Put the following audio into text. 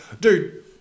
Dude